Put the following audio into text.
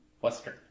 Western